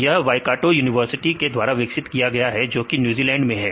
यह Waikato university के द्वारा विकसित किया गया है जो कि न्यूजीलैंड में है